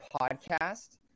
podcast